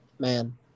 man